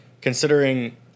considering